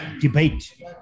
debate